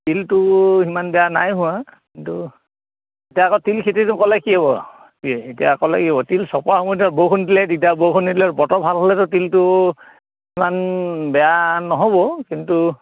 তিলটো সিমান বেয়া নাই হোৱা কিন্তু এতিয়া আকৌ তিল খেতিটো ক'লে কি হ'ব এতিয়া ক'লে কি হ'ব তিল চপোৱাৰ সময়ত বৰষুণ দিলে বতৰ ভাল হ'লেতো তিলটো ইমান বেয়া নহ'ব কিন্তু